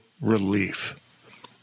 relief